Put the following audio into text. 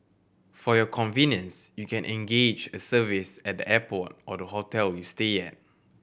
for your convenience you can engage a service at the airport or the hotel you stay at